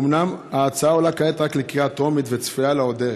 אומנם ההצעה עולה כעת רק לקריאה טרומית וצפויה לה עוד דרך,